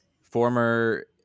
former